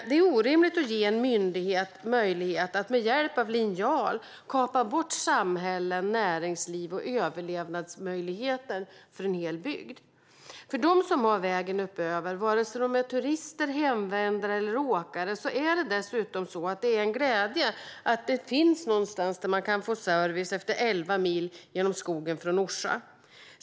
Det är orimligt att ge en myndighet möjlighet att med hjälp av linjal kapa bort samhällen, näringsliv och överlevnadsmöjligheter för en hel bygd. För dem som har vägen uppöver, vare sig de är turister, hemvändare eller åkare, är det dessutom så att det är en glädje att det finns någonstans där man kan få service efter elva mil genom skogen från Orsa.